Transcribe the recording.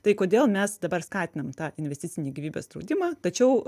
tai kodėl mes dabar skatinam tą investicinį gyvybės draudimą tačiau